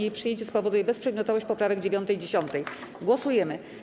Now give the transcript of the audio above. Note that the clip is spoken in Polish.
Jej przyjęcie spowoduje bezprzedmiotowość poprawek 9. i 10. Głosujemy.